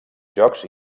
jocs